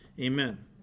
Amen